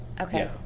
Okay